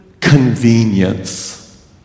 convenience